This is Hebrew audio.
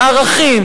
הערכים,